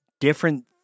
different